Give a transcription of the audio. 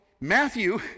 Matthew